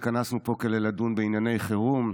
התכנסנו פה כדי לדון בענייני חירום.